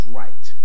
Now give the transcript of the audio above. right